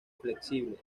flexible